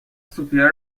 سوفیا